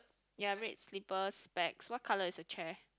ya red slippers bags what colour is the chair